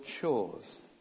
chores